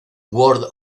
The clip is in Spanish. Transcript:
world